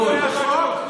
שר החינוך יואב